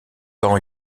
temps